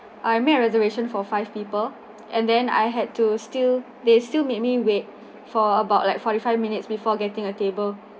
I made a reservation for five people and then I had to still they still make me wait for about like forty-five minutes before getting a table